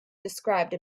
described